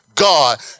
God